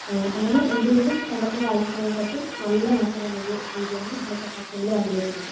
ആ അങ്ങനെ എന്തുകൊണ്ടും പണ്ടത്തെക്കാലത്തിനേക്കാട്ടും നല്ല മാറ്റം വന്നൊരു രീതിയാണ് ഇന്നത്തെ കാലത്ത് നമ്മള് കണ്ട് വരുന്നത്